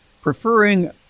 preferring